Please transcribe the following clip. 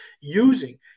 using